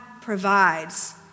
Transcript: provides